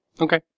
Okay